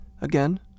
again